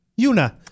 Yuna